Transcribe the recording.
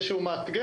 זה שהוא מאתגר,